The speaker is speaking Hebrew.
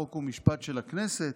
חוק ומשפט של הכנסת.